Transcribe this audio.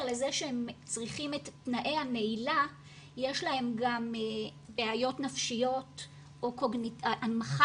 לזה שהם צריכים את תנאי הנעילה יש להם גם בעיות נפשיות או הנמכה